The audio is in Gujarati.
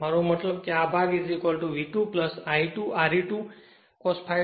મારો મતલબ આ ભાગ V2 I2 Re2 cos ∅2 I2 XE2 sin ∅2